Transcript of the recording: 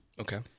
Okay